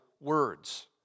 words